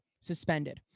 suspended